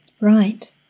Right